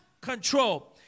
control